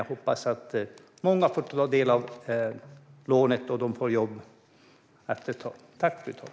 Jag hoppas dock att många får ta del av lånet och får jobb efter ett tag.